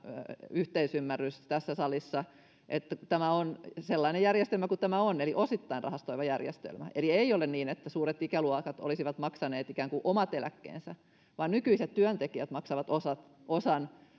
yhteisymmärrys tässä salissa tämä on sellainen järjestelmä kuin tämä on eli osittain rahastoiva järjestelmä eli ei ole niin että suuret ikäluokat olisivat maksaneet ikään kuin omat eläkkeensä vaan nykyiset työntekijät maksavat osan